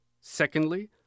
secondly